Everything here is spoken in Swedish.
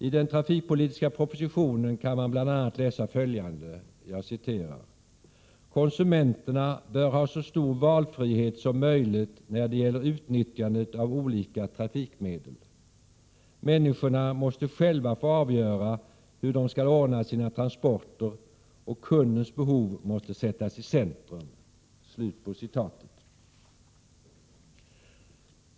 I den trafikpolitiska propositionen kan man bl.a. läsa följande: Konsumenterna bör ha så stor valfrihet som möjligt när det gäller utnyttjandet av olika trafikmedel. Människorna måste själva få avgöra hur de skall ordna sina transporter och kundens behov måste sättas i centrum.